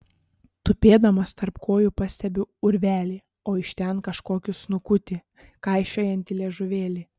tupėdamas tarp kojų pastebiu urvelį o iš ten kažkokį snukutį kaišiojantį liežuvėlį